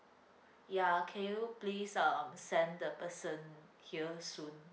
ya can you please uh send the person here soon